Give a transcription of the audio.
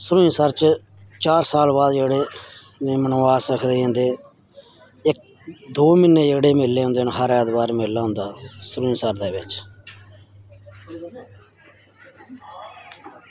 सरूईंसर च चार साल बाद जेह्ड़े उ'नेंगी मनवास आक्खे जंदे इक दो म्हीने जेह्ड़े मेले होंदे न हर ऐतवार मेला होंदा सरूईंसर दे बिच्च